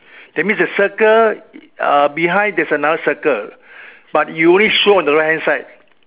that means the circle uh behind there's another circle but it only show on the right hand side